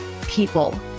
people